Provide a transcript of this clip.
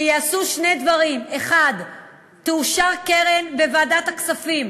שייעשו שני דברים: 1. תאושר קרן בוועדת הכספים